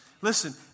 Listen